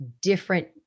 different